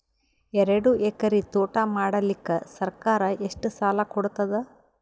ಎರಡು ಎಕರಿ ತೋಟ ಮಾಡಲಿಕ್ಕ ಸರ್ಕಾರ ಎಷ್ಟ ಸಾಲ ಕೊಡತದ?